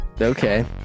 okay